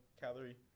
calorie